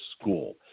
school